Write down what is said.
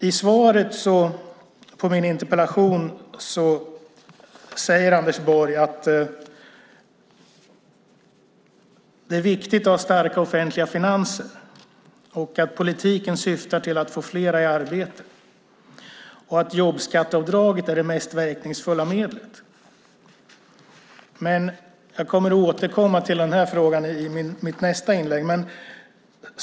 I svaret på min interpellation säger Anders Borg att det är viktigt att ha starka offentliga finanser, att politiken syftar till att få fler i arbete och att jobbskatteavdraget är det mest verkningsfulla medlet. Jag kommer att återkomma till den här frågan i mitt nästa inlägg.